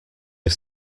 are